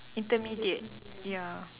intermediate ya